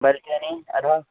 सर्वं